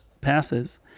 passes